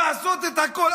לעשות את הכול.